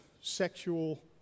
sexual